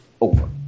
over